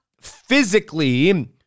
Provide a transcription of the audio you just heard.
physically